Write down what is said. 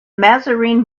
mazarine